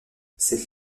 cette